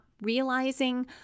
realizing